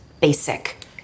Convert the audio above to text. Basic